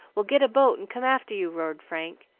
we'll get a boat and come after you, roared frank,